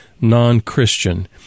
non-Christian